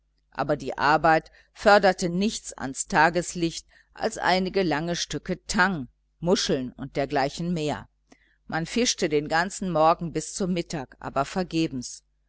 aber die arbeit förderte nichts ans tageslicht als einige lange stücke tang muscheln und dergleichen mehr man fischte den ganzen morgen bis zum mittag aber vergebens